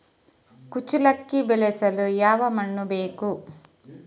ಕುಚ್ಚಲಕ್ಕಿ ಬೆಳೆಸಲು ಯಾವ ಮಣ್ಣು ಬೇಕು?